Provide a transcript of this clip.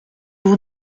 vous